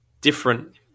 different